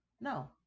no